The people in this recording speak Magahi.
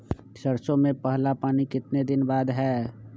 सरसों में पहला पानी कितने दिन बाद है?